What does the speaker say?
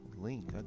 Link